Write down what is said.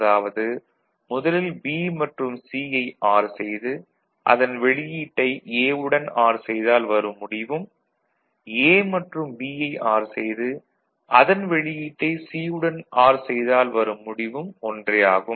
அதாவது முதலில் B மற்றும் C யை ஆர் செய்து அதன் வெளியீட்டை A வுடன் ஆர் செய்தால் வரும் முடிவும் A மற்றும் B யை ஆர் செய்து அதன் வெளியீட்டை C வுடன் ஆர் செய்தால் வரும் முடிவும் ஒன்றே ஆகும்